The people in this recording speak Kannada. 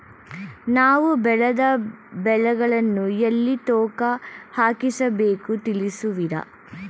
ನಾವು ಬೆಳೆದ ಬೆಳೆಗಳನ್ನು ಎಲ್ಲಿ ತೂಕ ಹಾಕಿಸಬೇಕು ತಿಳಿಸುವಿರಾ?